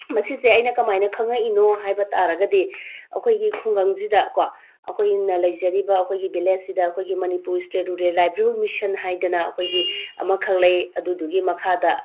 ꯃꯁꯤꯁꯦ ꯑꯩꯅ ꯀꯃꯥꯏꯅ ꯈꯪꯉꯛꯏꯅꯣ ꯍꯥꯏꯕ ꯇꯥꯔꯒꯗꯤ ꯑꯩꯈꯣꯏꯒꯤ ꯈꯨꯡꯒꯪꯁꯤꯗ ꯀꯣ ꯑꯩꯈꯣꯏꯅ ꯂꯩꯖꯔꯤꯕ ꯑꯩꯈꯣꯏꯒꯤ ꯚꯤꯂꯦꯖꯁꯤꯗ ꯑꯩꯈꯣꯏꯒꯤ Manipur state rural livelihood mission ꯍꯥꯏꯗꯅ ꯑꯩꯈꯣꯏꯒꯤ ꯑꯃꯈꯛ ꯂꯩ ꯑꯗꯨꯗꯨꯒꯤ ꯃꯈꯥꯗ